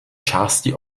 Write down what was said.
části